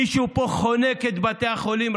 מישהו פה חונק את בתי החולים.